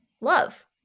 love